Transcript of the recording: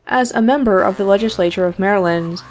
as a member of the legislature of maryland,